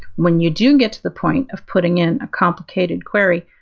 when you do get to the point of putting in a complicated query,